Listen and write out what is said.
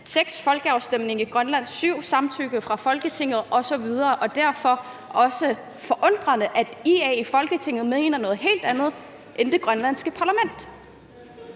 folkeafstemning i Grønland. Som nummer 7 er der samtykke fra Folketinget osv. Derfor er det også forundrende, at IA i Folketinget mener noget helt andet end det grønlandske parlament.